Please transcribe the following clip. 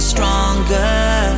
Stronger